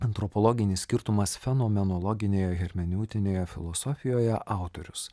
antropologinis skirtumas fenomenologinėje hermeneutinėje filosofijoje autorius